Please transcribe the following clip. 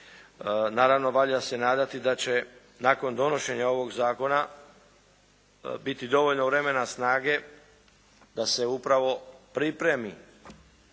Naravno, valja se nadati da će nakon donošenja ovog zakona biti dovoljno vremena, snage da se upravo pripremi